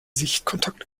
sichtkontakt